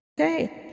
Okay